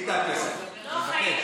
היא תאפס, אני מבקש.